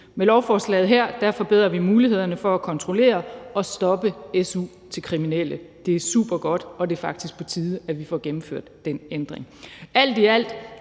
Med lovforslaget her forbedrer vi mulighederne for at kontrollere og stoppe su til kriminelle. Det er supergodt, og det er faktisk på tide, at vi får gennemført den ændring.